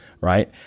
Right